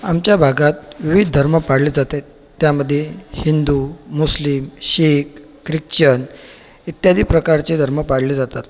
आमच्या भागात विविध धर्म पाळले जाते त्यामध्ये हिंदू मुस्लिम शीख ख्रिश्चन इत्यादी प्रकारचे धर्म पाळले जातात